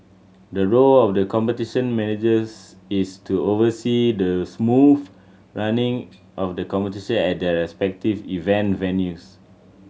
the role of the Competition Managers is to oversee the smooth running of the competition at their respective event venues